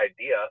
idea